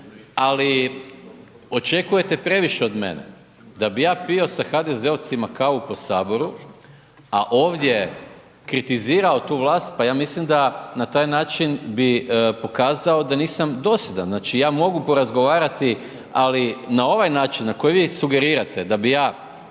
ali očekujete previše od mene. Da bi ja pio sa HDZ-ovcima kavu po Saboru, a ovdje kritizirao tu vlast, pa ja mislim da na taj način bi pokazao da nisam dosljedan, znači, ja mogu porazgovarati, ali na ovaj način na koji vi sugerirate da bi ja